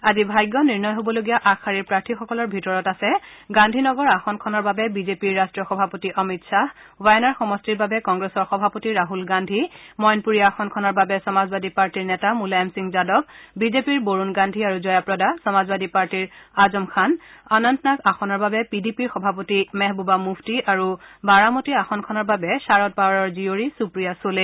আজি ভাগ্য নিৰ্ণয় হ'বলগীয়া আগশাৰীৰ প্ৰাৰ্থীসকলৰ ভিতৰত আছে গান্ধীনগৰ আসনখনৰ বাবে বিজেপিৰ ৰাষ্ট্ৰীয় সভাপতি অমিত খাহ ৱাইনাৰ সমষ্টিৰ বাবে কংগ্ৰেছৰ সভাপতি ৰাহল গান্ধী মঈনপূৰী আসনখনৰ বাবে সমাজবাদী পাৰ্টীৰ নেতা মুলায়েম সিং যাদৱ বিজেপিৰ বৰুণ গান্ধী আৰু জয়াপ্ৰদা সমাজবাদী পাৰ্টীৰ আজম খান অনন্তনাগ আসনৰ বাবে পিডিপিৰ সভাপতি মেহবুবা মূফটি আৰু বাৰামতি আসনখনৰ বাবে শাৰদ পাৱাৰৰ জীয়ৰী সুপ্ৰিয়া ছুলে